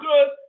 good